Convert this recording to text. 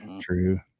True